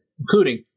including